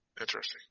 Interesting